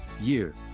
Year